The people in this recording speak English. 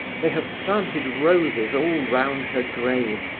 they have planted roses all round her grave,